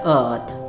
earth